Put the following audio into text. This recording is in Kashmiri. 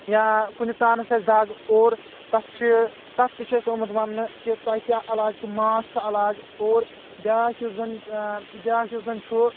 یا کُنہِ تانس آسہِ دَگ اور تَتھ چھِ تتھ تہِ چُھ اَسہِ آمُت وَننہٕ کہِ تۄہہِ کیاہ علاج چُھ ماچھ چُھ علاج اور بیٛاکھ یُس زن بیاکھ یُس زن چُھ